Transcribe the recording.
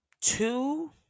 Two